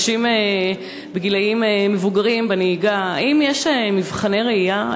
אנשים בגילים מבוגרים בנהיגה: האם יש מבחני ראייה?